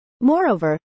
moreover